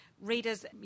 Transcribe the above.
readers